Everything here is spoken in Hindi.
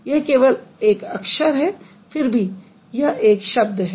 यह केवल एक अक्षर है फिर भी यह एक शब्द है